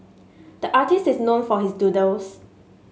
the artist is known for his doodles